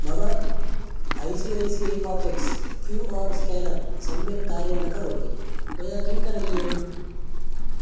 मम I C I C I pockets Q R scanner सम्यक् कार्यं न करोति मया किं करणीयम्